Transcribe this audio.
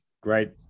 great